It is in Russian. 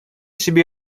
себе